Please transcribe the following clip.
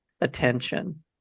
attention